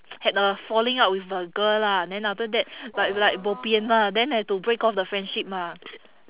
had a falling out with a girl lah then after that like we like bo pian ah then had to break off the friendship ah